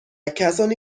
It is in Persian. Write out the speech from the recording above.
کسانی